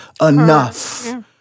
enough